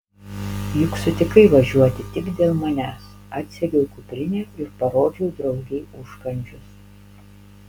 juk sutikai važiuoti tik dėl manęs atsegiau kuprinę ir parodžiau draugei užkandžius